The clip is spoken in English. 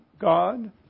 God